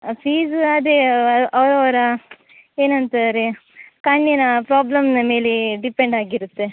fees ಅದೇ ಅವರವರ ಏನಂತಾರೆ ಕಣ್ಣಿನ ಪ್ರಾಬ್ಲಮ್ನ ಮೇಲೆ ಡಿಪೆಂಡ್ ಆಗಿರುತ್ತೆ